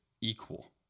equal